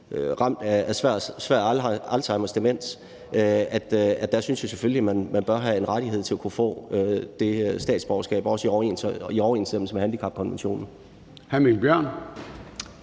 med svær Alzheimers demens selvfølgelig bør have en rettighed med hensyn til at kunne få det statsborgerskab, også i overensstemmelse med handicapkonventionen.